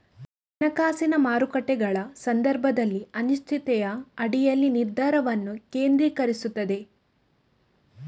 ಹಣಕಾಸಿನ ಮಾರುಕಟ್ಟೆಗಳ ಸಂದರ್ಭದಲ್ಲಿ ಅನಿಶ್ಚಿತತೆಯ ಅಡಿಯಲ್ಲಿ ನಿರ್ಧಾರವನ್ನು ಕೇಂದ್ರೀಕರಿಸುತ್ತದೆ